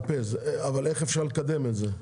אבל איך אפשר לקדם את זה?